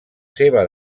seva